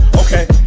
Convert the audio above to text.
okay